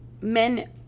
men